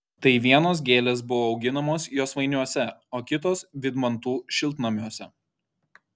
tai vienos gėlės buvo auginamos josvainiuose o kitos vydmantų šiltnamiuose